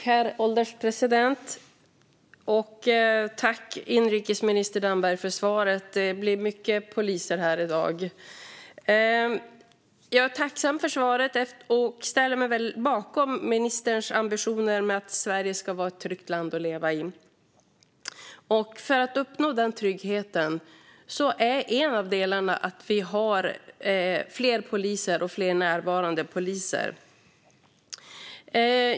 Herr ålderspresident! Tack, inrikesminister Damberg, för svaret! Det blir mycket poliser här i dag. Jag ställer mig bakom ministerns ambitioner om att Sverige ska vara ett tryggt land att leva i. En del i att uppnå denna trygghet är att vi får fler poliser och fler närvarande poliser.